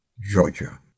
Georgia